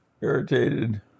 irritated